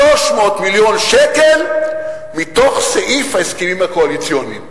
300 מיליון שקל מתוך סעיף ההסכמים הקואליציוניים.